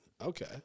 Okay